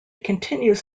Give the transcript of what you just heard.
continues